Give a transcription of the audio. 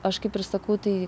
aš kaip ir sakau tai